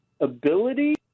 ability